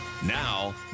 Now